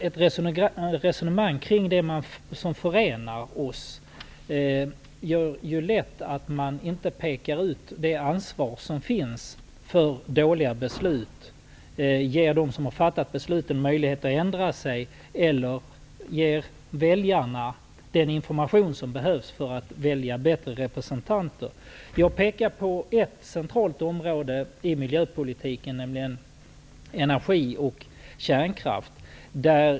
Ett resonemang kring det som förenar oss leder lätt till att man inte pekar ut vilka som har ansvaret för dåliga beslut. Det ger inte dem som fattat besluten möjlighet att ändra sig och ger inte väljarna den information som behövs för att utse bättre representanter. Jag vill peka på ett centralt område av miljöpolitiken, nämligen energi och kärnkraft.